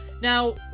Now